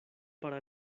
para